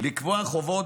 מוצע לקבוע חובות